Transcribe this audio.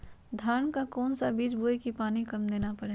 धान का कौन सा बीज बोय की पानी कम देना परे?